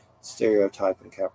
stereotyping